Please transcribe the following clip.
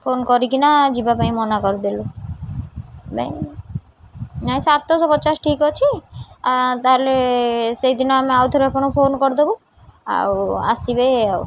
phone କରିକିନା ଯିବା ପାଇଁ ମନା କରିଦେଲୁ ନାଇଁ ନାଇଁ ସାତଶହ ପଚାଶ ଠିକ୍ ଅଛି ତାହେଲେ ସେଇଦିନ ଆମେ ଆଉଥରେ ଆପଣଙ୍କୁ ଫୋନ୍ କରିଦବୁ ଆଉ ଆସିବେ ଆଉ